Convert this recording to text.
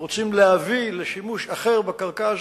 או רוצים להביא לשימוש אחר בקרקע הזאת,